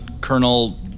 Colonel